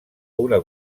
una